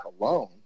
alone